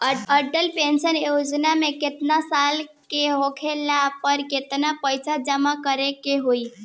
Atal pension योजना मे केतना साल के होला पर केतना पईसा जमा करे के होई?